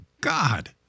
God